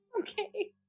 Okay